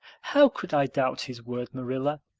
how could i doubt his word, marilla?